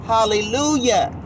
Hallelujah